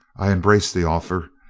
i embraced the offer,